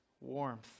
warmth